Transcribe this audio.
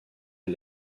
est